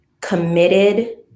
committed